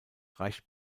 reicht